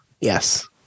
Yes